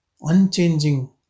Unchanging